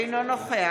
אינו נוכח